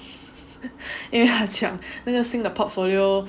因为他讲那个新的 the portfolio